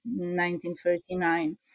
1939